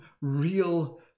real